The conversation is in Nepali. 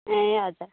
ए हजुर